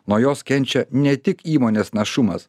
nuo jos kenčia ne tik įmonės našumas